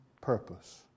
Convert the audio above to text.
purpose